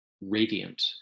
radiant